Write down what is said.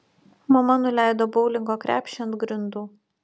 mama nuleido boulingo krepšį ant grindų